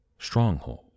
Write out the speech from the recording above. Stronghold